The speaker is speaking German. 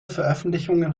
veröffentlichungen